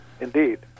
indeed